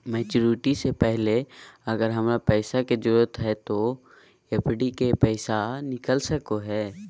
Maturity से पहले अगर हमरा पैसा के जरूरत है तो एफडी के पैसा निकल सको है?